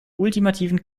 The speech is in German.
ultimativen